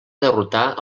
derrotar